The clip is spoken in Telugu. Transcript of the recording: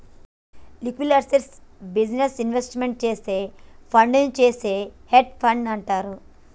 లిక్విడ్ అసెట్స్లో బిజినెస్ ఇన్వెస్ట్మెంట్ చేసే ఫండునే చేసే హెడ్జ్ ఫండ్ అంటారు